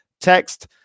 Text